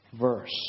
verse